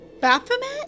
Baphomet